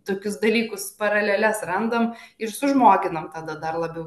tokius dalykus paraleles randam ir sužmoginam tada dar labiau